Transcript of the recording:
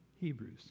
Hebrews